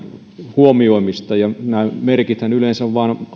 huomioimista ja nämä merkithän yleensä myönnetään